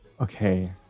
Okay